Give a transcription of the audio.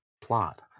plot